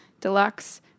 deluxe